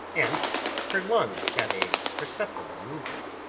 and her lungs had a perceptible movement.